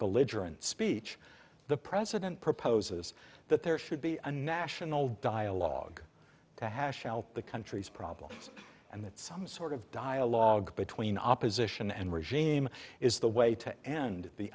belligerent speech the president proposes that there should be a national dialogue to hash out the country's problems and that some sort of dialogue between opposition and regime is the way to end the